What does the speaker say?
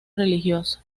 religioso